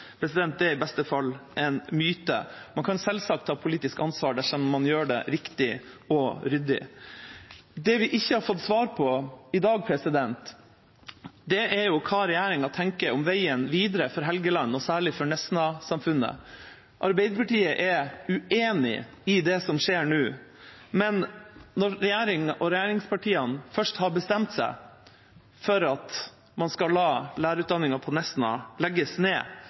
Det er i beste fall en myte. Man kan selvsagt ta politisk ansvar dersom man gjør det riktig og ryddig. Det vi ikke har fått svar på i dag, er hva regjeringa tenker om veien videre for Helgeland og særlig for Nesna-samfunnet. Arbeiderpartiet er uenig i det som skjer nå, men når regjeringa og regjeringspartiene først har bestemt seg for at man skal legge ned lærerutdanningen på